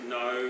no